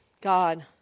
God